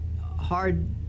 hard